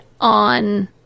on